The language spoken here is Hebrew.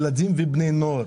ילדים ובני נוער,